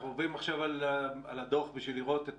אנחנו עוברים עכשיו על הדוח בשביל לראות את